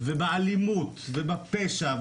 באלימות ובפשע,